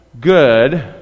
good